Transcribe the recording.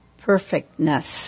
perfectness